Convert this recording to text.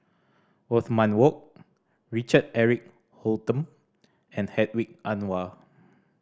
Othman Wok Richard Eric Holttum and Hedwig Anuar